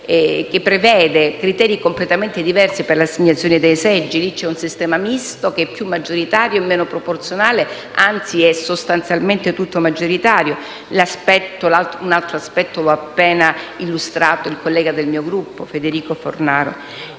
che prevede criteri completamente diversi per l'assegnazione dei seggi. Lì c'è un sistema misto che è più maggioritario e meno proporzionale, anzi è sostanzialmente tutto maggioritario. Un altro aspetto lo ha appena illustrato il collega del mio Gruppo Fornaro.